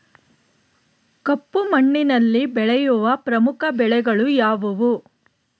ಕಪ್ಪು ಮಣ್ಣಿನಲ್ಲಿ ಬೆಳೆಯುವ ಪ್ರಮುಖ ಬೆಳೆಗಳು ಯಾವುವು?